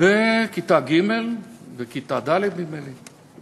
בכיתה ג' וכיתה ד' נדמה לי.